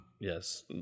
Yes